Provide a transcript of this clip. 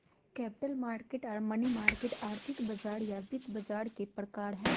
capital market आर money market आर्थिक बाजार या वित्त बाजार के प्रकार हय